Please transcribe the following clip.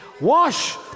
wash